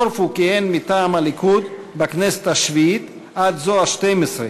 קורפו כיהן מטעם הליכוד מהכנסת השביעית עד הכנסת השתים-עשרה,